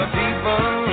people